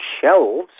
shelves